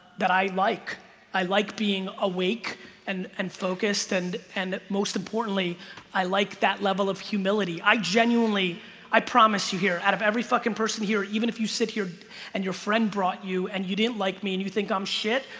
that i like i like being awake and and focused and and most importantly i like that level of humility. i genuinely i promise you here out of every fucking person here even if you sit here and your friend brought you and you didn't like me and you think i'm shit,